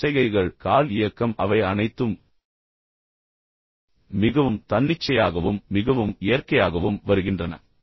கை சைகைகள் கால் இயக்கம் அவை அனைத்தும் மிகவும் தன்னிச்சையாகவும் மிகவும் இயற்கையாகவும் வருகின்றன